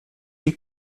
die